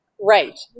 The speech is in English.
Right